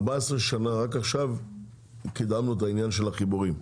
14 שנים, רק עכשיו קידמנו את העניין של החיבורים.